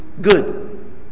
good